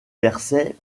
versait